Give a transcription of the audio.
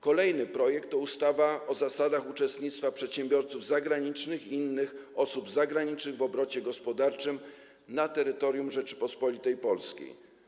Kolejny projekt to ustawa o zasadach uczestnictwa przedsiębiorców zagranicznych i innych osób zagranicznych w obrocie gospodarczym na terytorium Rzeczypospolitej Polskiej.